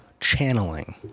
channeling